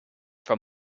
from